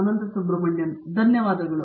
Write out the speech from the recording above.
ಅನಂತ ಸುಬ್ರಹ್ಮಣ್ಯನ್ ಧನ್ಯವಾದಗಳು